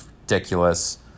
ridiculous